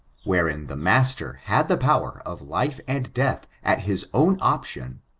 wherein the master had the power of life and death at his own option,